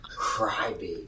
crybaby